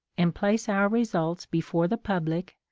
and place our results before the pub lic,